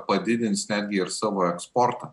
padidins netgi ir savo eksportą